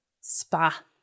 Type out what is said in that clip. SPA